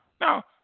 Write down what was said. Now